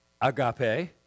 agape